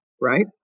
Right